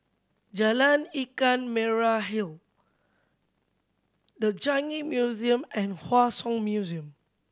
Jalan Ikan Merah Hill The Changi Museum and Hua Song Museum